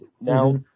Now